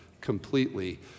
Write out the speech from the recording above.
completely